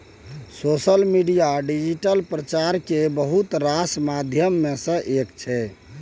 social media digital प्रचार केर बहुत रास माध्यम मे सँ एक छै